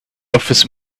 office